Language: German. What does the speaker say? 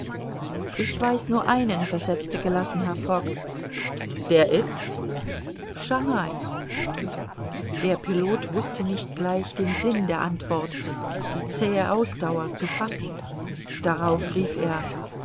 ich weiß nur einen versetzte gelassen herr fogg der ist schangai der pilot wußte nicht gleich den sinn der antwort die zähe ausdauer zu fassen darauf rief er